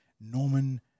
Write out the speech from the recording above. Norman